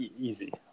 easy